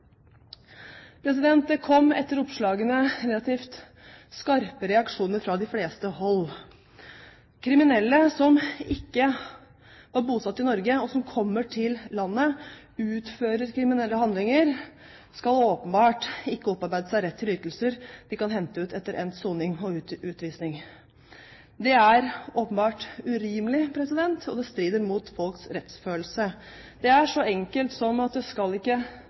Det kom etter oppslagene relativt skarpe reaksjoner fra de fleste hold. Kriminelle som ikke er bosatt i Norge, og som kommer til landet og utfører kriminelle handlinger, skal åpenbart ikke opparbeide seg rett til ytelser de kan hente ut etter endt soning og utvisning. Det er åpenbart urimelig, og det strider mot folks rettsfølelse. Det er så enkelt som at det ikke skal lønne seg å begå kriminalitet. Man skal ikke